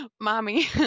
Mommy